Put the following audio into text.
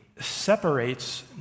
separates